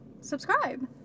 subscribe